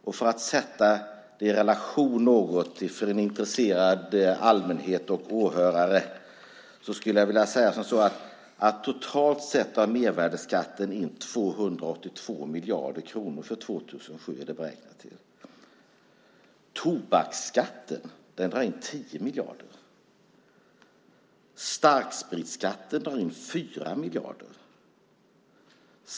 Och för att ge ett perspektiv vill jag för en intresserad allmänhet och för åhörare säga att totalt beräknas mervärdesskatten dra in 282 miljarder kronor för 2007. Tobaksskatten drar in 10 miljarder. Starkspritskatten drar in 4 miljarder.